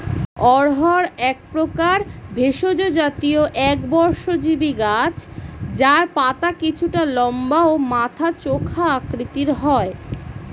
অড়হর একপ্রকার ভেষজ জাতীয় একবর্ষজীবি গাছ যার পাতা কিছুটা লম্বা ও মাথা চোখা আকৃতির হয়